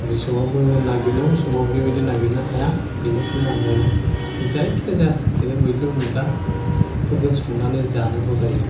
फिसौआबो नागिरनांगौ समाव बिबादि नागिरनो हाया बिनिखायनो आङो जायखियानो जा बिदिनो मैद्रु मैला फोरखोनो संनानै जानांगौ जायो